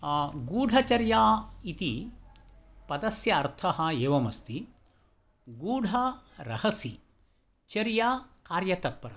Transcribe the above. आम् गूढचर्या इति पदस्य अर्थः एवमस्ति गूढ रहसि चर्या कार्यतत्परता